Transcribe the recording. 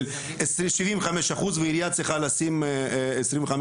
מצ'ינג 75% והעירייה צריכה לשים 25%,